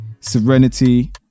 serenity